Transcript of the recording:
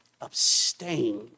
abstain